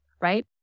right